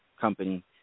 company